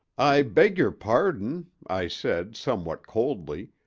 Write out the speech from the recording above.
i beg your pardon i said, somewhat coldly,